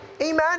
amen